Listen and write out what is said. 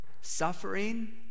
Suffering